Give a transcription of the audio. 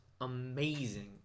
amazing